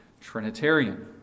Trinitarian